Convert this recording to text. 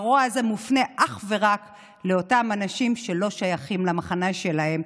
והרוע הזה מופנה אך ורק לאותם אנשים שלא שייכים למחנה שלהם,